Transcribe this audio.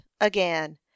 again